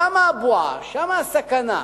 שם הבועה, שם הסכנה.